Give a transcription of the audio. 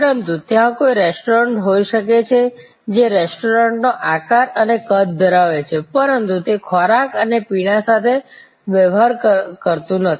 પરંતુ ત્યાં કોઈ રેસ્ટોરન્ટ હોઈ શકે છે જે રેસ્ટોરન્ટનો આકાર અને કદ ધરાવે છે પરંતુ તે ખોરાક અને પીણા સાથે વ્યવહાર કરતું નથી